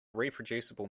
reproducible